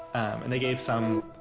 and they gave some.